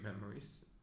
memories